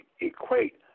equate